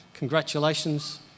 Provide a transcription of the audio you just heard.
Congratulations